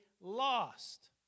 lost